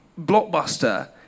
Blockbuster